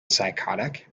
psychotic